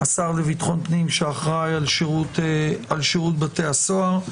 השר לביטחון פנים, שאחראי על שירות בתי הסוהר.